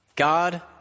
God